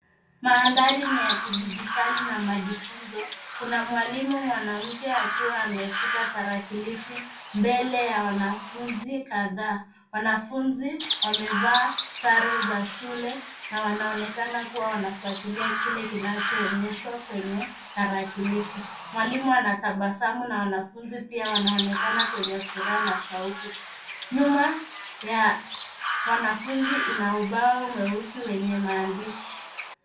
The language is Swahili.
Mandhari ni ya kidigitali na majifunzo. Kuna mwlimu mwanamke akiwa ameshika tarakilishi mbele ya wanafunzi kadhaa. Wanafunzi wamevaa sare za shule na wanaonekana kuwa wanafuatilia kile kinachoonyeshwa kwenye tarakilishi. Mwalimu anatabasamu na wanafunzi pia wanaonekana kwenye furaha na shauku. Nyuma ya wanafunzi ina ubao mweusi wenye maandishi.